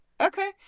Okay